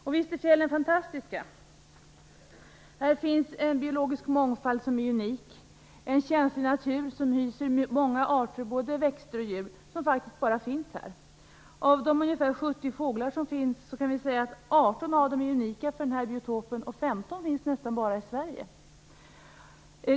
Och visst är fjällen fantastiska. Där finns en biologisk mångfald som är unik och en känslig natur som hyser många arter, både växter och djur, som faktiskt bara finns där. Av de ungefär 70 fågelarter som finns kan vi säga att 18 är unika för den här biotopen, och 15 finns nästan bara i Sverige.